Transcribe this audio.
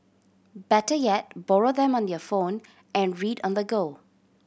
better yet borrow them on your phone and read on the go